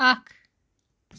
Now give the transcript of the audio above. اَکھ